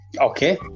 Okay